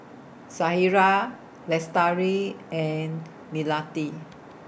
Syirah Lestari and Melati